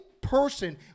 person